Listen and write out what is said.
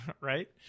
right